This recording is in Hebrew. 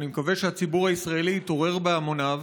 אני מקווה שהציבור הישראלי יתעורר בהמוניו.